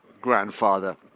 grandfather